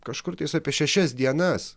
kažkur tais apie šešias dienas